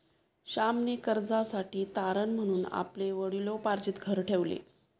श्यामने कर्जासाठी तारण म्हणून आपले वडिलोपार्जित घर ठेवले